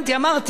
אמרתי,